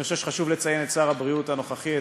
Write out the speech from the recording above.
אני חושב שחשוב לציין את שר הבריאות הנוכחי,